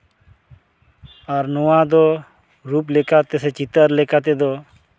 ᱟᱨ ᱱᱚᱣᱟ ᱫᱚ ᱨᱩᱯ ᱞᱮᱠᱟᱛᱮ ᱥᱮ ᱪᱤᱛᱟᱹᱨ ᱞᱮᱠᱟ ᱛᱮᱫᱚ